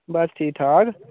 बस ठीक ठाक